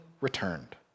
returned